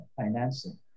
financing